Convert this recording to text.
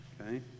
okay